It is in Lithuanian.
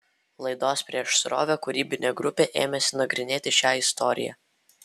laidos prieš srovę kūrybinė grupė ėmėsi nagrinėti šią istoriją